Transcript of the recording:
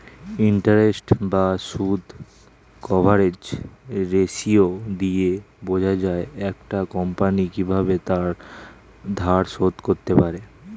interest বা সুদ coverage ratio দিয়ে বোঝা যায় একটা কোম্পানি কিভাবে তার ধার শোধ করতে পারে